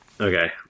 Okay